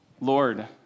Lord